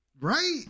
Right